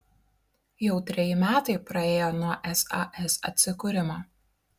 jau treji metai praėjo nuo sas atsikūrimo